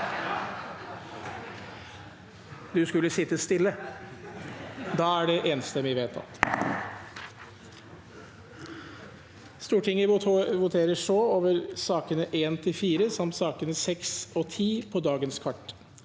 Stortinget voterer så over sakene nr. 1–4 samt sakene nr. 6 og 10 på dagens kart.